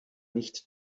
nicht